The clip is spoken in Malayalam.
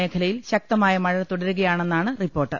മേഖലയിൽ ശക്തമായ മഴ തുടരുകയാണെന്നാണ് റിപ്പോർട്ട്